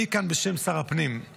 טוב, אני כאן בשם שר הפנים.